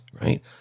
right